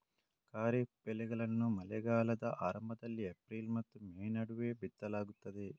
ಖಾರಿಫ್ ಬೆಳೆಗಳನ್ನು ಮಳೆಗಾಲದ ಆರಂಭದಲ್ಲಿ ಏಪ್ರಿಲ್ ಮತ್ತು ಮೇ ನಡುವೆ ಬಿತ್ತಲಾಗ್ತದೆ